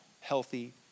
healthy